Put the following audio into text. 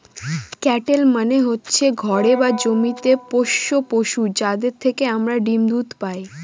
cattle মানে হচ্ছে ঘরে বা জমিতে পোষ্য পশু, যাদের থেকে আমরা ডিম দুধ পায়